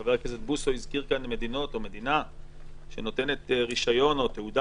חבר הכנסת בוסו הזכיר כאן מדינות או מדינה שנותנת רישיון או תעודה,